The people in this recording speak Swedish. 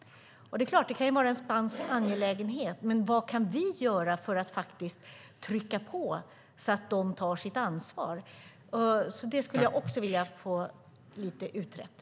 Det är klart att det kan vara en intern spansk angelägenhet, men hur kan vi trycka på för att de ska ta sitt ansvar? Det skulle jag vilja ha utrett lite grann.